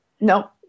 No